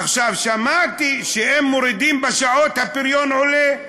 עכשיו שמעתי שאם מורידים בשעות, הפריון עולה.